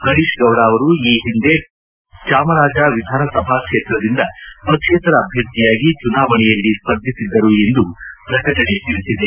ಹರೀಶ್ ಗೌಡ ಅವರು ಈ ಹಿಂದೆ ಮೈಸೂರು ಜಿಲ್ಲೆಯ ಚಾಮರಾಜ ವಿಧಾನಸಭಾ ಕ್ಷೇತ್ರದಿಂದ ಪಕ್ಷೇತರ ಅಭ್ಯರ್ಥಿಯಾಗಿ ಚುನಾವಣೆಯಲ್ಲಿ ಸ್ಪರ್ಧಿಸಿದ್ದರು ಎಂದು ಪ್ರಕಟಣೆ ತಿಳಿಸಿದೆ